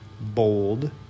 bold